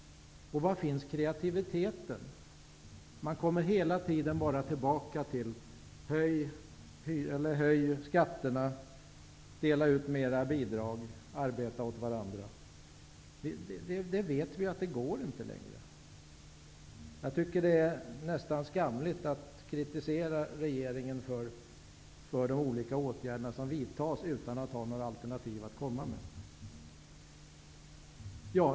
Och var finns kreativiteten? Man kommer hela tiden tillbaka till detta: Höj skatterna! Dela ut mera bidrag! Arbeta åt varandra! Vi vet att det inte går längre. Jag tycker att det är nästan skamligt när Socialdemokraterna kritiserar regeringen för de olika åtgärder som vidtas, utan att de själva har några alternativ.